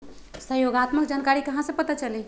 सहयोगात्मक जानकारी कहा से पता चली?